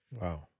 Wow